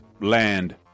land